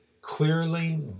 clearly